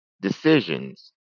decisions